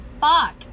fuck